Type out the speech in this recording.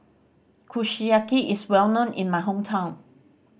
kushiyaki is well known in my hometown